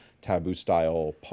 taboo-style